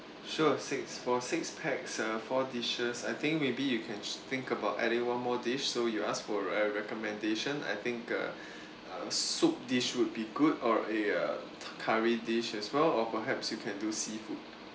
sure six for six pax uh four dishes I think maybe you can think about adding one more dish so you asked for a recommendation I think uh a soup dish would be good or a curry dish as well or perhaps you can do seafood